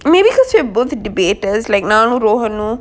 maybe because we are both debaters like now rohan know